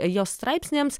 jo straipsniams